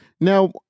Now